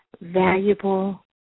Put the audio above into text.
valuable